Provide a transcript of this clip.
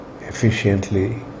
efficiently